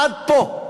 עד פה.